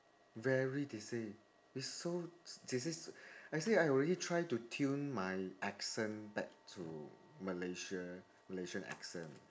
very they say is so they say I say I already try to tune my accent back to malaysia malaysian accent